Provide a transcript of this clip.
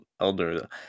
Elder